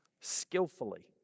skillfully